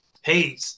Hey